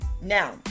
Now